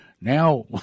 Now